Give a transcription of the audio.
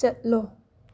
ꯆꯠꯂꯣ